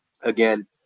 again